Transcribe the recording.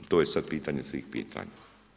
To je sad pitanje svih pitanja.